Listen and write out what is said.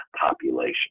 population